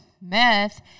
meth